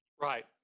Right